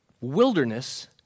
wilderness